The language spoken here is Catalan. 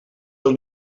del